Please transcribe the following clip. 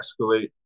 escalate